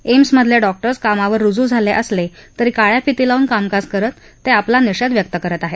AIIMS मधले doctors कामावर रुजू झाले असले तरी काळ्या फिती लावून कामकाज करत ते आपला निषेध व्यक्त करत आहेत